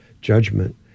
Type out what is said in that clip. judgment